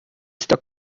está